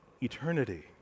eternity